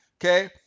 okay